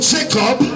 Jacob